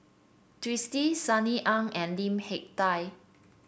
Twisstii Sunny Ang and Lim Hak Tai